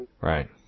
Right